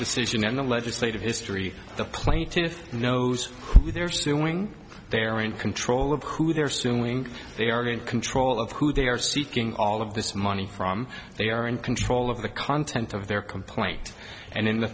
decision and the legislative history the plaintiffs knows who they're suing they are in control of who they're suing they are in control all of who they are seeking all of this money from they are in control of the content of their complaint and in the th